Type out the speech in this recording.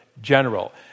General